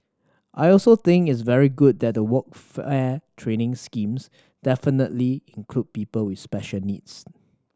I also think it's very good that the training schemes definitively include people with special needs